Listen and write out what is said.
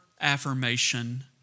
affirmation